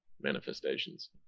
manifestations